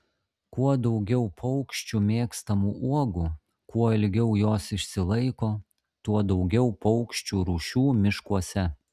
kuo daugiau paukščių mėgstamų uogų kuo ilgiau jos išsilaiko tuo daugiau paukščių rūšių miškuose